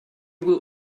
will